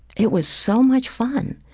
it was so much fun.